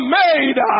made